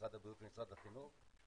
משרד הבריאות ומשרד החינוך,